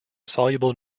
soluble